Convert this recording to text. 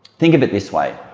think of it this way.